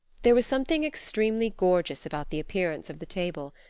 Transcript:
there was something extremely gorgeous about the appearance of the table,